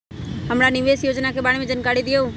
हमरा निवेस योजना के बारे में जानकारी दीउ?